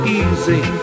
easy